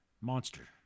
monster